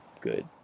good